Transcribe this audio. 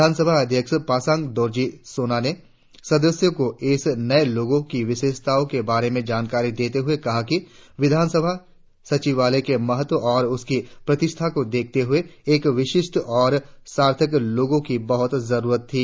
विधानसभा अध्यक्ष पासांग दोरजी सोना ने सदस्यों को इस नये लोगो की विशेषताओं के बारे में जानकारी देते हुए कहा कि विधानसभा सचिवालय के महत्व और उसकी प्रतिष्ठा को देखते हुए एक विशिष्ठ और सार्थक लोगो की बहुत जरुरत थी